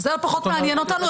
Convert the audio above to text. זה פחות מעניין אותנו.